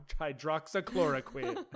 Hydroxychloroquine